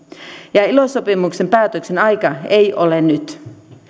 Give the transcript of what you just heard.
ja ilo sopimuksen päätöksen aika ei ole nyt